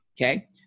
Okay